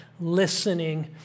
listening